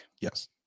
yes